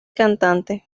cantante